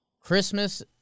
Christmas